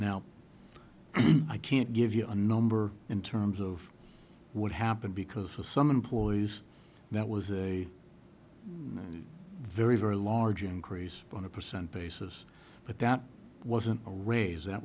now i can't give you a number in terms of what happened because for some employees that was a very very large increase on a percentage basis but that wasn't a raise that